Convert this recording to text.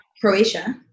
Croatia